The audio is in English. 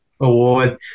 award